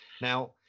Now